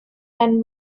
and